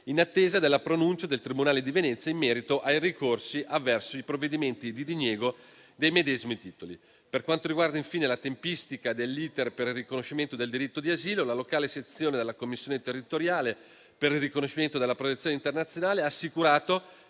in attesa della pronuncia del tribunale di Venezia in merito ai ricorsi avverso i provvedimenti di diniego dei medesimi titoli. Per quanto riguarda infine la tempistica dell'*iter* per il riconoscimento del diritto d'asilo, la locale sezione della commissione territoriale per il riconoscimento della protezione internazionale ha assicurato